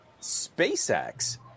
SpaceX